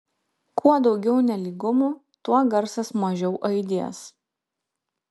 kuo daugiau nelygumų tuo garsas mažiau aidės